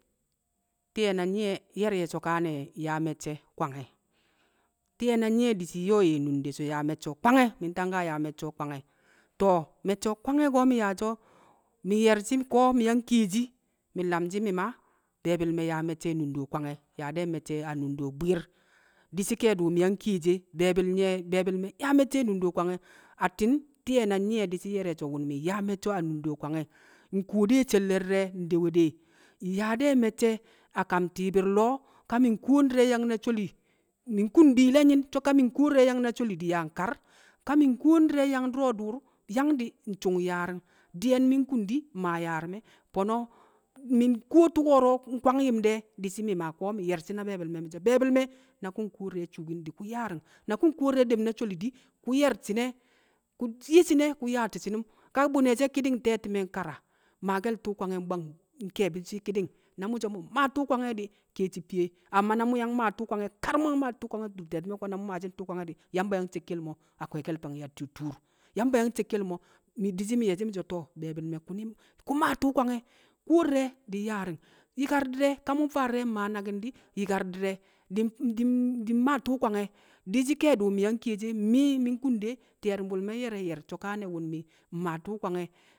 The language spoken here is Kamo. Ti̱yẹ na nyi̱ye̱ nye̱ so̱kane̱ nyaa me̱cce̱ kwange̱. Ti̱yẹ na nyi̱ye̱ di̱ shii nyo̱o̱ ye̱ nunde so̱ nyaa me̱cce̱ o̱ kwange̱, mi̱ nyangka nyaa me̱cce̱ o̱ kwange̱, To̱, me̱cce̱ o̱ kwange̱ ko̱ mi̱ yaashi̱ o, ko̱ mi̱ yang kiyeshi, mi̱ nlamshi̱ mi̱ ma, be̱e̱bi̱l me̱ yaa me̱cce̱ nundo kwange̱, yaa de̱ me̱cce̱ anundo bwi̱i̱r. Di̱ shi̱ ke̱e̱di̱ mi̱ yang kiyeshi e. Be̱e̱bi̱l nye̱, be̱e̱bi̱l me̱ yaa me̱cce̱ a nundo kwange̱, atti̱n ti̱ye̱ na nyi̱ye̱ di̱ shii nye̱r ye̱ so̱ nyaa kwange̱, a nundo kwange̱, Nkuwo de sholle di̱re̱ ndewe de, nyaa de̱ me̱cce̱ a kam ti̱i̱bi̱r lo̱o̱ ka mi̱ nkuwo ndi̱re̱ yang na sholi, mi̱ nkun bi̱i̱le̱yi̱n so̱ ka mi̱ nkuwo di̱re̱ na sholi di̱ nyaa nkar. Ko ndi̱re̱ du̱ro̱ du̱u̱r yang di̱, nsu̱ng nyaari̱ng. Di̱ye̱n mi̱ nkun di̱, mmaa yaaramẹ, Fo̱no̱ mi̱ nkuwo tu̱ko̱ro̱ nkwang yu̱m de̱, di̱ shi̱ mi̱ maa ko̱ mi̱ yẹrshi̱ na be̱e̱bi̱l me̱ mi̱ so̱ be̱e̱bi̱l me̱ na ku̱ nkuwo di̱re̱ shuukin di̱ ku̱ yaari̱ng. Na ku̱ nkuwo di̱rẹ dem na sholi di̱, ku̱ ye̱r shi̱ne̱, ku̱ yi̱ shi̱ne̱ ku̱ yaati̱ shi̱nu̱m. Ka wu̱ bu̱ne̱ she̱ ki̱ni̱ng te̱ti̱me̱ nkara, maake̱l tu̱u̱ kwange̱ ki̱di̱ng na mu̱ so̱ mu̱ mmaa tu̱u̱ kwange̱ di̱ ke̱e̱shi̱ fiye, amma na mu̱ yang maa tu̱u̱ kwange̱ di̱ kar na mu̱ yang maa tu̱u̱ kwange̱ adur te̱ti̱me̱ ko̱ na mu̱ maashi̱ tu̱u̱ kwange̱ di̱, Yamba yang cekkel mo̱ a kwe̱e̱ke̱l fang yatti̱ tuur. Yamba yang cekkel mo̱ a kwe̱e̱ke̱l fang yatti̱ tuur. Yamba yang cekkel mo̱, Di̱ shi̱ mi̱ ye̱shi̱ mi̱ so̱ to̱, be̱e̱bi̱l ku̱ nyi̱ ku̱ maa tu̱u̱ kwange̱, kuwo di̱re̱ di̱ nyaari̱ng. Yi̱kar di̱re̱, ka mu̱ mfaa di̱re̱ mmaa naki̱n di̱, yi̱kar di̱re̱ di̱-di̱-di̱-di̱ mmaa tu̱u̱ kwange̱. Dị shi̱ ke̱e̱di̱ mi̱ yang kiyeshii e, mi̱ mi̱ nkun de ti̱ye̱ru̱mbu̱l me̱ nye̱r ye̱ ye̱r so̱kane̱ mmaa tu̱u̱ kwange̱